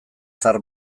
zahar